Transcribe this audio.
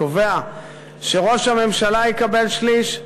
קובע שראש הממשלה יקבל שליש,